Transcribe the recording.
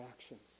actions